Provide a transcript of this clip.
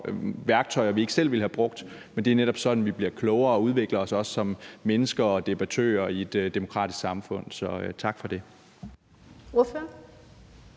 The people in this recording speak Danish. værktøjer, som vi ikke selv ville have brugt. Men det er netop sådan, vi bliver klogere og også udvikler os som mennesker og debattører i et demokratisk samfund. Så tak for det.